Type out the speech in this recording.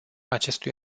acestui